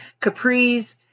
capris